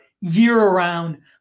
year-round